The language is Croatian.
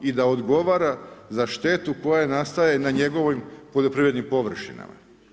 I da odgovara za štetu koja nastaje na njegovim poljoprivrednim površinama.